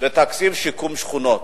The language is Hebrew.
ותקציב שיקום שכונות.